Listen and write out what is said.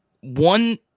one